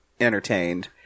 entertained